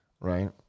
right